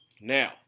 Now